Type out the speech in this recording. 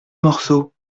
morceau